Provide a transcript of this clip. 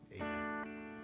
Amen